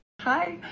Hi